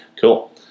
cool